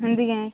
ହଁ ଯିବେ